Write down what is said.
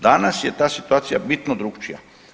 Danas je ta situacija bitno drukčija.